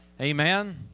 Amen